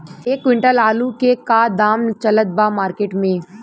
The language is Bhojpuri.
एक क्विंटल आलू के का दाम चलत बा मार्केट मे?